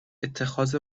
اتخاذ